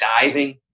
diving